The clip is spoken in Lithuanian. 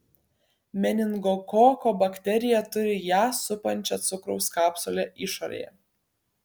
meningokoko bakterija turi ją supančią cukraus kapsulę išorėje